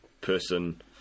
person